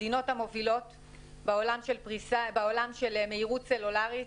המדינות המובילות בעולם של מהירות סלולרית.